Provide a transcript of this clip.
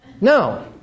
No